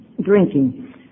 drinking